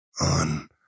on